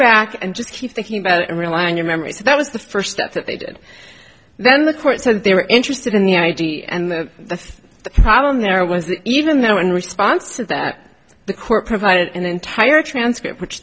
back and just keep thinking about it and rely on your memory so that was the first step that they did then the court said they were interested in the id and that's the problem there was that even though in response to that the court provided an entire transcript which